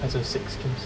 还是 six games